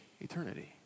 eternity